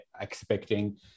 expecting